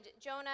Jonah